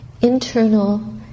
internal